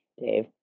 Dave